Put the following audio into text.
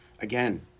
again